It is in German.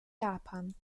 japan